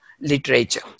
literature